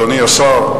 אדוני השר,